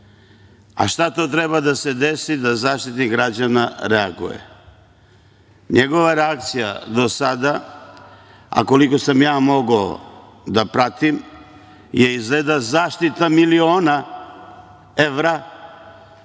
A šta to treba da se desi da Zaštitnik građana reaguje? Njegova reakcija do sada, a koliko sam ja mogao da pratim je izgleda zaštita miliona evra